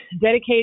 Dedicate